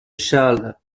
charles